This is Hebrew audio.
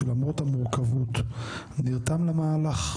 שלמרות המורכבות נרתם למהלך,